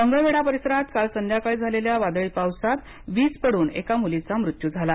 मंगळवेढा परिसरात काल संध्याकाळी झालेल्या वादळी पावसात वीज पडून एका मुलीचा मृत्यू झाला